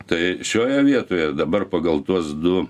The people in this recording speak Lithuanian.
tai šioje vietoje dabar pagal tuos du